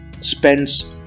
spends